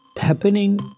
happening